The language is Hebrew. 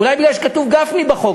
אולי כי כתוב "גפני" בחוק.